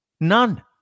None